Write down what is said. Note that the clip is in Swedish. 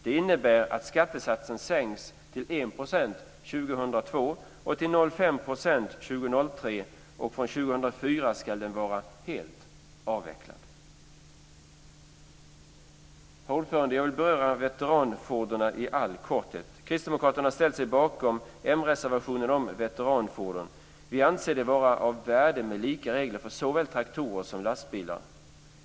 Det innebär att skattesatsen sänks till Jag vill beröra veteranfordon i all korthet. Kristdemokraterna har ställt sig bakom mreservationen om veteranfordon. Vi anser det vara av värde med lika regler för såväl traktorer som lastbilar.